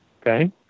Okay